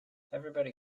everybody